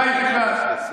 בית אחד.